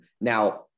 now